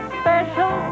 special